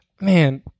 man